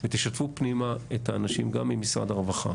ותשתפו פנימה את האנשים גם ממשרד הרווחה